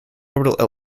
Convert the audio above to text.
orbital